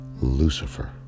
Lucifer